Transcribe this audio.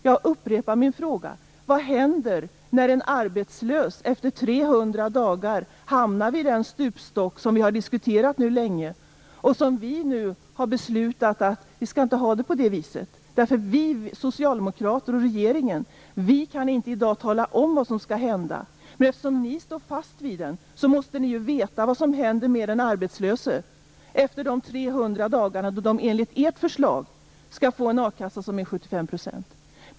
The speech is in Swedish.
Jag upprepar min fråga: Vad händer när en arbetslös efter 300 dagar hamnar vid den stupstock som vi nu länge har diskuterat och som vi nu har beslutat att inte ha? Vi, socialdemokraterna och regeringen, kan inte i dag tala om vad som skall hända. Eftersom ni står fast vid den bortre parentesen måste ni ju veta vad som händer med den arbetslöse efter de 300 dagarna då de enligt ert förslag skall få en a-kassa som är 75 %.